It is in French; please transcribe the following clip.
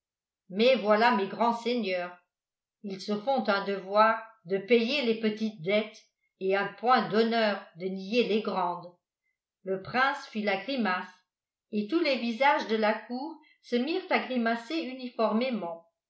mais voilà mes grands seigneurs ils se font un devoir de payer les petites dettes et un point d'honneur de nier les grandes le prince fit la grimace et tous les visages de la cour se mirent à grimacer uniformément